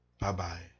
Bye-bye